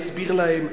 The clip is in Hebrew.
אסביר להם,